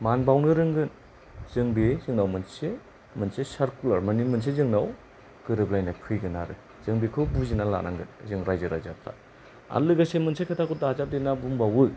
मान बावनो रोंगोन जोंनाव बे मोनसे सार्कुलार माने मोनसे जोंनाव गोरोबलायनाय फैगोन आरो जों बेखौ बुजिनानै लानांगोन जों रायजो राजाफोरा आरो लोगोसे मोनसे खोथाखौ दाजाबदेरना बुंबावो